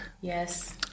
Yes